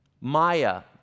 Maya